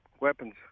weapons